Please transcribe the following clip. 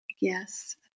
Yes